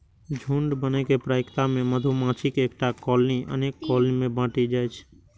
झुंड बनै के प्रक्रिया मे मधुमाछीक एकटा कॉलनी अनेक कॉलनी मे बंटि जाइ छै